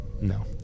No